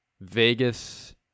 Vegas